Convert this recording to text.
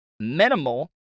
minimal